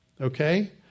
Okay